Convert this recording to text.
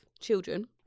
children